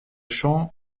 champ